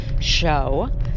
show